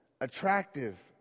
attractive